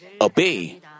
obey